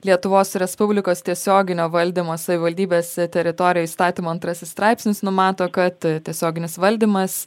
lietuvos respublikos tiesioginio valdymo savivaldybės teritorijoj įstatymo antrasis straipsnis numato kad tiesioginis valdymas